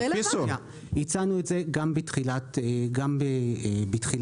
הצענו את זה גם בתחילת הדיון.